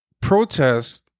protest